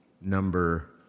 number